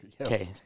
Okay